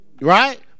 right